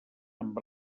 amb